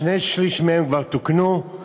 שני-שלישים כבר תוקנו.